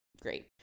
Great